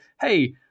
Hey